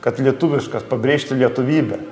kad lietuviškas pabrėžti lietuvybę